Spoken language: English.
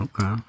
Okay